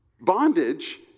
bondage